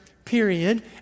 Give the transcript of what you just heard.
period